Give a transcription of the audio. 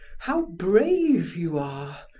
how brave you are.